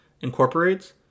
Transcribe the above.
incorporates